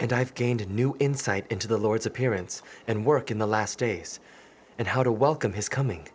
and i've gained a new insight into the lord's appearance and work in the last days and how to welcome his coming